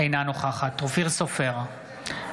אינה נוכחת אופיר סופר,